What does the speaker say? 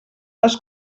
les